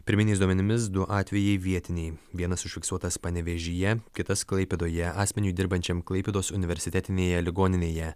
pirminiais duomenimis du atvejai vietiniai vienas užfiksuotas panevėžyje kitas klaipėdoje asmeniui dirbančiam klaipėdos universitetinėje ligoninėje